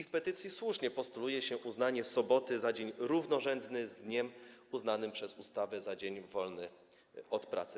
W petycji słusznie postuluje się uznanie soboty za dzień równorzędny z dniem uznanym przez ustawę za dzień wolny od pracy.